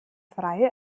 freie